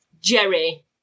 Jerry